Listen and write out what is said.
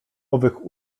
owych